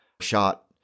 shot